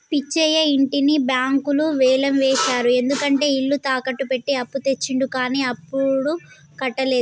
పిచ్చయ్య ఇంటిని బ్యాంకులు వేలం వేశారు ఎందుకంటే ఇల్లు తాకట్టు పెట్టి అప్పు తెచ్చిండు కానీ అప్పుడు కట్టలేదు